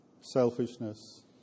selfishness